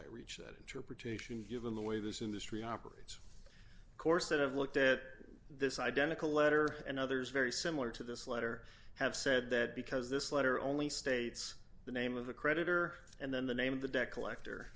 i reach that interpretation given the way this industry operates course that have looked at this identical letter and others very similar to this letter have said that because this letter only states the name of the creditor and then the name of the debt collector